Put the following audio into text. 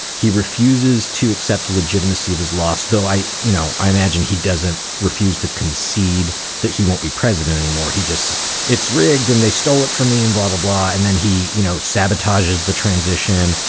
he refuses to accept the legitimacy of his loss, though. i you know, i imagine he doesn't refuse to concede that he won't be president anymore. he just it's rigged. and they stole it for me involved, blah. and then he, you know, sabotages the transition.